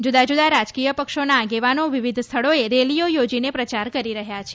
જુદા જુદા રાજકીય પક્ષોના આગેવાનો વિવિધ સ્થળોએ રેલીઓ યોજીને પ્રચાર કરી રહ્યા છે